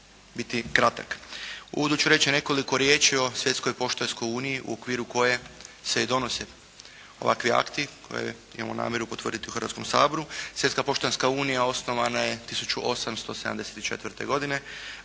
uvodu ću reći nekoliko riječi o svjetskoj poštanskoj uniji u okviru koje se i donose ovakvi akti koje imamo namjeru potvrditi u Hrvatskoj saboru. Svjetska poštanska unija osnovana je 1874. godine,